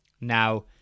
Now